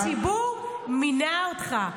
הציבור מינה אותך.